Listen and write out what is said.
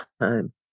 time